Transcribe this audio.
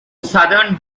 southern